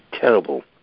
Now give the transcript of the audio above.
terrible